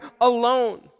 alone